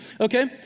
Okay